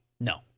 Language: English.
No